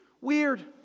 Weird